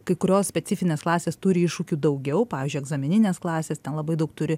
kai kurios specifinės klasės turi iššūkių daugiau pavyzdžiui egzameninės klasės ten labai daug turi